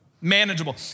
manageable